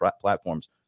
platforms